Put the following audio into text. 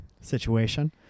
situation